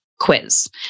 quiz